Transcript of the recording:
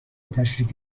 تشریک